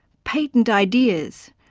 patent ideas,